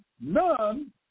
None